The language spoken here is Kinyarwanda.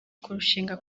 kurushinga